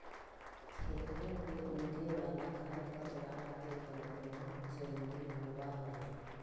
खेतवन में उगे वाला खरपतवार के प्रबंधन जरूरी होबा हई